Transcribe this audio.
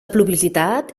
pluviositat